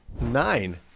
Nine